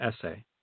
essay